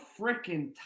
freaking